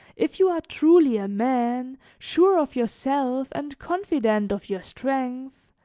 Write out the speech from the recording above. if you are truly a man, sure of yourself and confident of your strength,